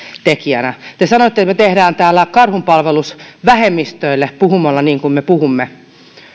tekijänä te sanoitte että me teemme täällä karhunpalveluksen vähemmistöille puhumalla niin kuin me puhumme